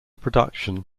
production